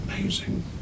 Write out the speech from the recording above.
amazing